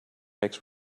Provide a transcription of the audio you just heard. makes